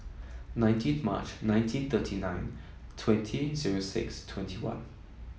nineteen of March nineteen thirty nine twenty zero six twenty one